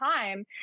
time